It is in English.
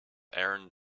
aaron